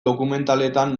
dokumentaletan